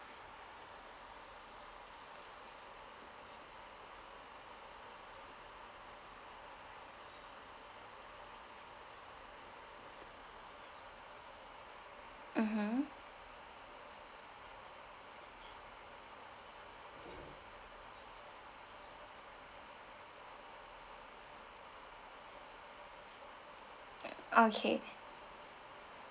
mmhmm okay